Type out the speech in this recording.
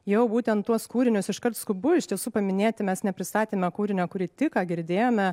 jau būtent tuos kūrinius iškart skubu ištisu paminėti mes nepristatėme kūrinio kurį tik ką girdėjome